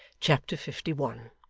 chapter fifty one